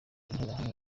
interahamwe